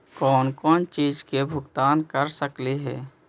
कौन कौन चिज के भुगतान कर सकली हे?